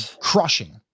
crushing